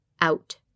out